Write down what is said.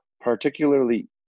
particularly